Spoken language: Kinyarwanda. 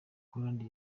hollande